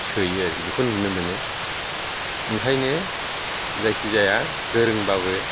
सोयो आरोखि बेखौ नुनो मोनो ओंखायनो जायखि जाया गोरोंब्लाबो